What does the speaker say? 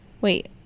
Wait